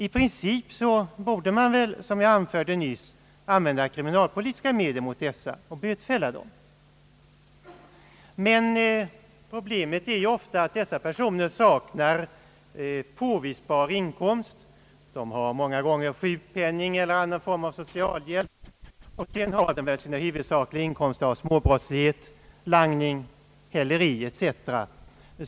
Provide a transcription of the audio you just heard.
I princip borde man väl, som jag ryss anförde, använda kriminalpolitiska medel mot dessa fridstörare och bötfälla dem. Men problemet är ofta att dessa personer saknar påvisbar inkomst. Många gånger har de sjukpenning eller annan form av socialhjälp, och i övrigt har de sina huvudsakliga inkomster av småbrottslighet — langning, häleri etc.